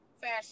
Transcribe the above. fashion